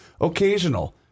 occasional